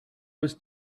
was